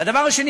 והדבר השני,